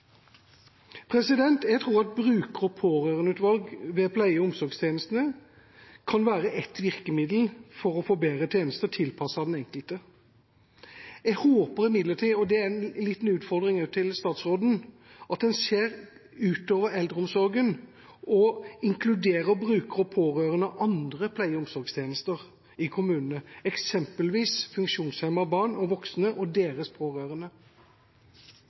Jeg tror at et bruker- og pårørendeutvalg ved pleie- og omsorgstjenestene kan være et virkemiddel for å få bedre tjenester tilpasset den enkelte. Jeg håper imidlertid, og det er en liten utfordring til statsråden, at en ser utover eldreomsorgen og inkluderer brukere og pårørende av andre pleie- og omsorgstjenester i kommunene – eksempelvis funksjonshemmede barn og voksne og deres pårørende.